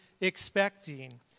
expecting